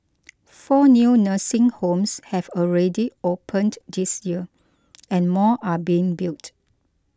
four new nursing homes have already opened this year and more are being built